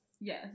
Yes